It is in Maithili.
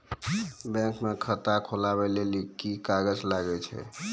बैंक म खाता खोलवाय लेली की की कागज लागै छै?